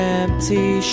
empty